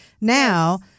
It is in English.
Now